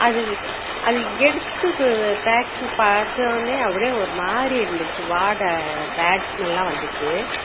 அது அது எடுத்து பேக்கிங் பார்த்த ஒடனே அப்படியே ஒரு மாதிரி இருந்துச்சு வாடை பேட் ஸ்மெல்லாம் வந்துச்சு